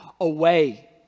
away